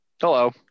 Hello